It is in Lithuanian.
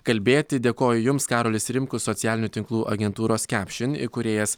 kalbėti dėkoju jums karolis rimkus socialinių tinklų agentūros caption įkūrėjas